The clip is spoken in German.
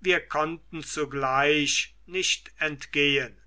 wir konnten zugleich nicht entgehen